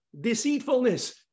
deceitfulness